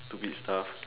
stupid stuff